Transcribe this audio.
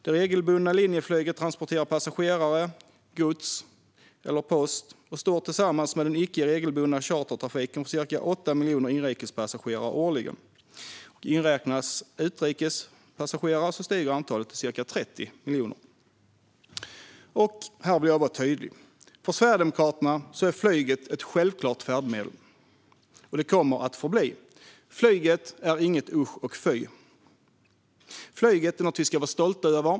Det regelbundna linjeflyget transporterar passagerare, gods och post. Det står tillsammans med den icke regelbundna chartertrafiken för ca 8 miljoner inrikespassagerare årligen. Om man inräknar utrikespassagerare stiger antalet till ca 30 miljoner. Här vill jag vara tydlig. För Sverigedemokraterna är flyget ett självklart färdmedel, och det kommer så att förbli. Flyget är inget usch och fy; flyget är något vi ska vara stolta över.